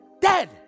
dead